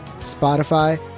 Spotify